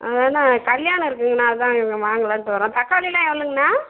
அதுதாண்ண கல்யாணம் இருக்குங்கண்ணா அதுதான் வாங்கலானுட்டு வரோம் தக்காளிலாம் எவ்வளோங்கண்ணா